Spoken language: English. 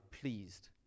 pleased